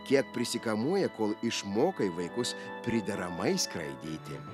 kiek prisikamuoja kol išmokai vaikus prideramai skraidyti